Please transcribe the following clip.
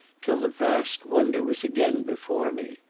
till the vast wonder was again before me.